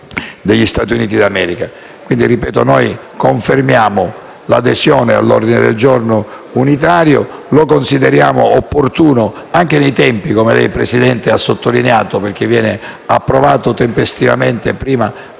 degli Stati Uniti d'America. Confermiamo, quindi, l'adesione all'ordine del giorno unitario, che consideriamo opportuno anche nei tempi - come lei, Presidente, ha sottolineato - perché viene approvato tempestivamente prima